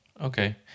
Okay